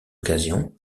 occasion